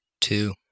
Two